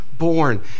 born